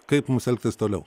kaip mums elgtis toliau